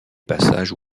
passages